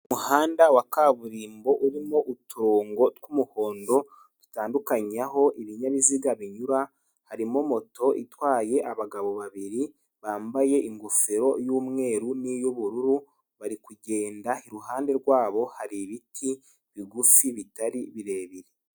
Umuhanda wa kaburimbo urimo uturongo tw'umuhondo dutandukanya aho ibinyabiziga binyura, harimo moto itwaye abagabo babiri bambaye ingofero y'umweru n'iy'ubururu, bari kugenda iruhande rwabo hari ibiti bigufi bitari birebire.